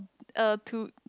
uh two